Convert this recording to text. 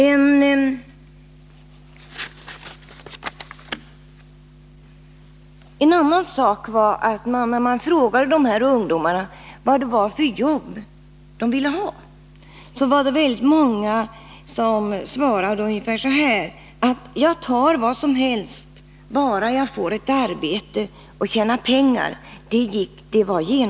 På frågan om vilken typ av arbete ungdomarna ville ha svarade väldigt många: Jag tar vad som helst, bara jag får ett arbete och kan tjäna pengar.